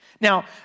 Now